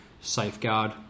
safeguard